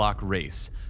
race